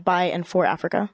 by and for africa